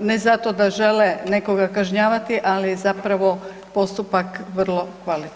ne zato da žele nekoga kažnjavati, ali zapravo postupak vrlo kvalitetan.